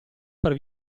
per